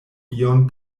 ion